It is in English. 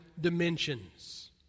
dimensions